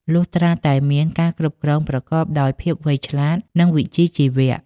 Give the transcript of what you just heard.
លុះត្រាតែមានការគ្រប់គ្រងប្រកបដោយភាពវៃឆ្លាត និងវិជ្ជាជីវៈ។